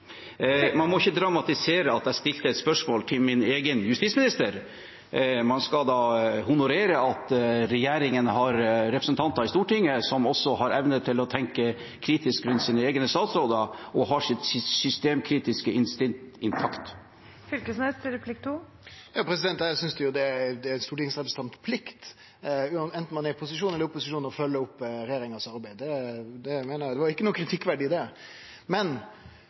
Man må ikke dramatisere at jeg stilte et spørsmål til min egen justisminister. Man skal honorere at regjeringen har representanter i Stortinget som har evne til å tenke kritisk rundt sine egne statsråder og har sitt systemkritiske instinkt intakt. Eg synest ein stortingsrepresentant, anten ein er i posisjon eller i opposisjon, har plikt til å følgje opp arbeidet til regjeringa. Det var ikkje noko kritikkverdig i det. Men